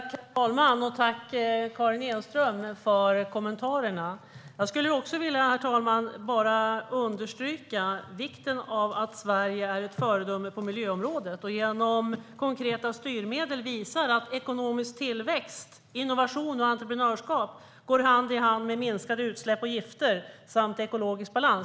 Herr talman! Tack, Karin Enström, för kommentarerna! Jag vill bara understryka vikten av att Sverige är ett föredöme på miljöområdet och genom konkreta styrmedel visar att ekonomisk tillväxt, innovation och entreprenörskap går hand i hand med minskade utsläpp, minskade utsläpp av gifter samt ekologisk balans.